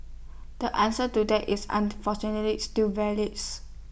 the answer to that is unfortunately still values